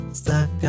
stuck